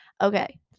Okay